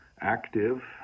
active